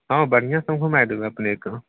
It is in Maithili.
हॅं बढ़िआँसँ हम घुमाइ देबै अपने कऽ